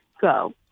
go